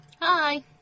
hi